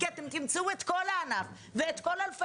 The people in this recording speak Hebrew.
כי אתם תמצאו את כל הענף ואת כל אלפי